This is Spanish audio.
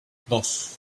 dos